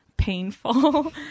painful